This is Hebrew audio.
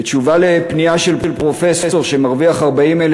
8. בתשובה על פנייה של פרופסור שמרוויח 40,000